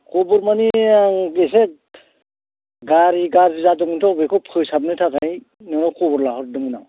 खबर माने आं एसे गारि गाज्रि जादोंमोनथ' बेखौ फोसाबनो थाखाय नोंनाव खबर लाहरदोंमोन आं